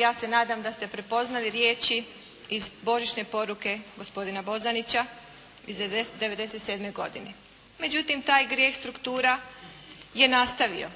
Ja se nadam da ste prepoznali riječi iz Božićne poruke gospodina Bozanića iz '97. godine. Međutim, taj grijeh struktura je nastavio,